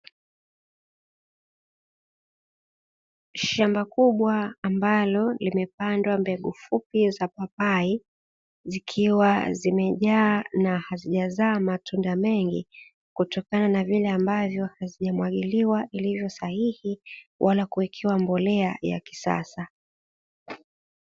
Shamba kubwa ambalo limepandwa mbegu fupi za papai, zikiwa zimejaa na hazijazaa matunda mengi, kutokana na vile ambavyo hazijamwagiliwa kwa usahihi, wala kuwekewa mbolea ya kisasa.